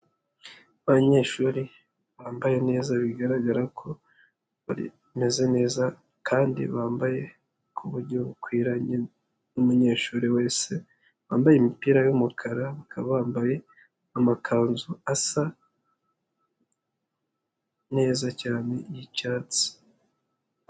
Abanyeshuri bambaye neza bigaragara ko bameze neza kandi bambaye ku buryo bukwiranye n'umunyeshuri wese, bambaye imipira y'umukara, bakaba bambaye amakanzu asa neza cyane y'icyatsi.